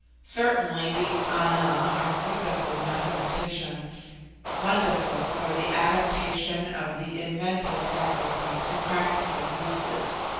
certainly these ana are wonderful mathematicians wonderful for the adaptation of the inventive faculty to practical uses.